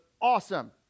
awesome